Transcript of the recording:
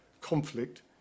conflict